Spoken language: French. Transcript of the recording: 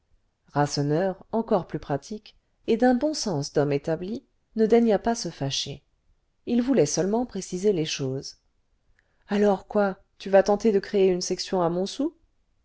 rasseneur encore plus pratique et d'un bon sens d'homme établi ne daigna pas se fâcher il voulait seulement préciser les choses alors quoi tu vas tenter de créer une section à